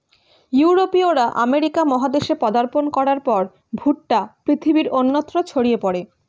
ইউরোপীয়রা আমেরিকা মহাদেশে পদার্পণ করার পর ভুট্টা পৃথিবীর অন্যত্র ছড়িয়ে পড়ে